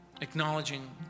acknowledging